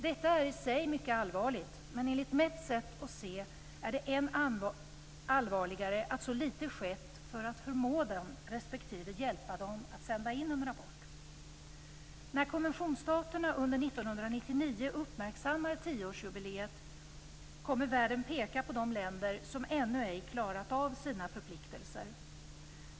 Detta är i sig mycket allvarligt, men enligt mitt sätt att se är det än allvarligare att så litet skett för att förmå dem respektive hjälpa dem att sända in en rapport. När konventionsstaterna under 1999 uppmärksammar tioårsjubileet kommer världen att peka på de länder som ännu ej klarat av sina förpliktelser.